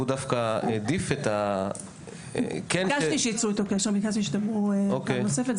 והוא דווקא העדיף את --- ביקשתי שייצרו איתו קשר --- פעם נוספת.